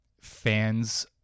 fans